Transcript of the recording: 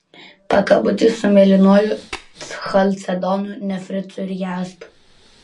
pakabutį su mėlynuoju chalcedonu nefritu ir jaspiu